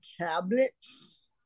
tablets